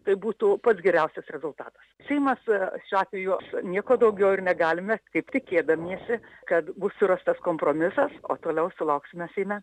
tai būtų pats geriausias rezultatas seimas šiuo atveju aš nieko daugiau ir negalime kaip tikėdamiesi kad bus surastas kompromisas o toliau sulauksime seime